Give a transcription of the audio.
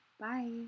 Bye